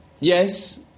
Yes